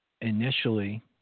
initially